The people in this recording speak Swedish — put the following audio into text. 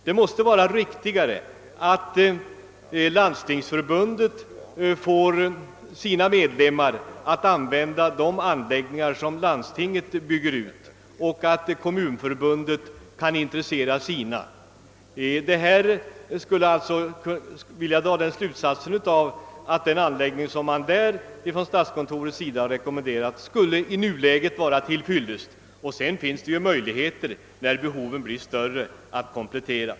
Det måste vara riktigare att Landstingsförbundet får sina medlemmar att använda den anläggning som landstingen bygger ut och att Kommunförbundet kan intressera sina medlemmar. Härav skulle jag vilja dra slutsatsen att den datamaskin, som statskontoret i detta fall rekommenderat, i nuläget skulle vara till fyllest. När behoven sedan blir större finns det ju möjligheter att komplettera.